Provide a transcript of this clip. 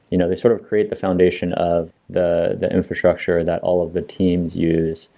you know, they sort of create the foundation of the the infrastructure that all of the teams use,